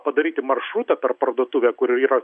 padaryti maršrutą per parduotuvę kurioj yra